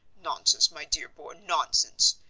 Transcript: nonsense, my dear boy, nonsense!